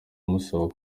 amusaba